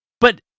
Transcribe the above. But-